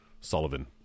Sullivan